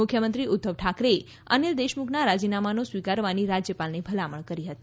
મુખ્યમંત્રી ઉદ્વવ ઠાકરેએ અનિલ દેશમુખના રાજીનામાનો સ્વીકારવાની રાજ્યપાલને ભલામણ કરી હતી